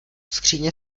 skříně